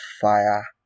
fire